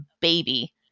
baby